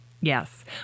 Yes